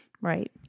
right